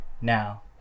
now